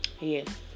Yes